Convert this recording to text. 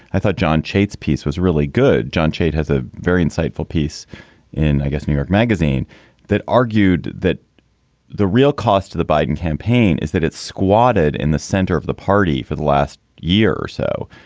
i thought john chait's piece was really good. jon chait has a very insightful piece in, i guess, new york magazine that argued that the real cost to the biden campaign is that it's squatted in the center of the party for the last year or so,